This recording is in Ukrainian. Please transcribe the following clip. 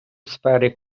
сфері